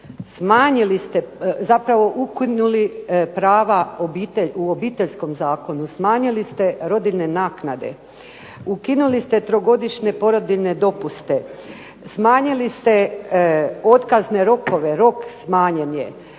Ukinuli ste prava u Obiteljskom zakonu, smanjili ste rodiljne naknade, ukinuli ste trogodišnje porodiljne dopuste,